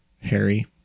Harry